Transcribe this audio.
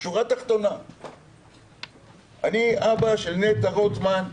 בשורה התחתונה אני אבא של נטע רוטמן,